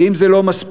ואם זה לא מספיק,